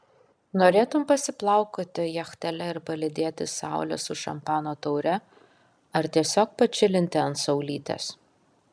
norėtum pasiplaukioti jachtele ir palydėti saulę su šampano taure ar tiesiog pačilinti ant saulytės